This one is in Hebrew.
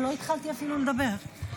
לא התחלתי אפילו לדבר.